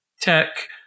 tech